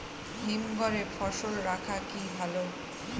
হিমঘরে ফসল রাখা কি ভালো?